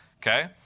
Okay